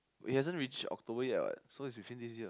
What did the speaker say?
it hasn't reach October yet what so it was within this year